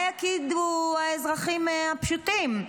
מה יגידו האזרחים הפשוטים?